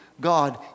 God